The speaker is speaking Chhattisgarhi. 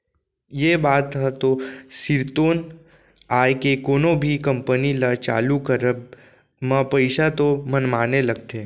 ये बात ह तो सिरतोन आय के कोनो भी कंपनी ल चालू करब म पइसा तो मनमाने लगथे